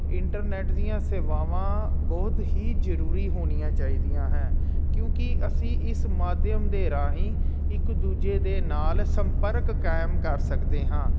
internet ਦੀਆਂ ਸੇਵਾਵਾਂ ਬਹੁਤ ਹੀ ਜ਼ਰੂਰੀ ਹੋਣੀਆਂ ਚਾਹੀਦੀਆਂ ਹੈ ਕਿਉਂਕਿ ਅਸੀਂ ਇਸ ਮਾਧਿਅਮ ਦੇ ਰਾਹੀਂ ਇੱਕ ਦੂਜੇ ਦੇ ਨਾਲ ਸੰਪਰਕ ਕਾਇਮ ਕਰ ਸਕਦੇ ਹਾਂ